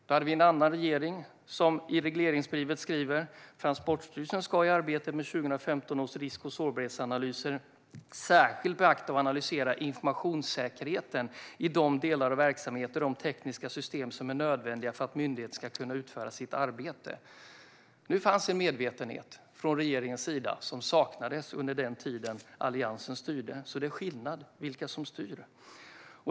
Då hade vi en annan regering, som i regleringsbrevet skrev: "Transportstyrelsen ska i arbetet med 2015 års risk och sårbarhetsanalyser särskilt beakta och analysera informationssäkerheten i de delar av verksamheten och i de tekniska system som är nödvändiga för att myndigheten ska kunna utföra sitt arbete." Nu fanns alltså en medvetenhet från regeringens sida, vilket saknades under den tid Alliansen styrde. Det gör alltså skillnad vilka som styr.